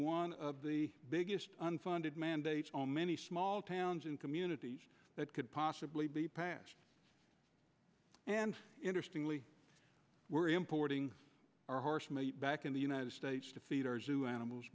one of the biggest unfunded mandates on many small towns and communities that could possibly be passed and interestingly we're importing back in the united states to feed our zoo animals